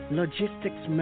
logistics